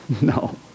No